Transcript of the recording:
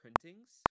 printings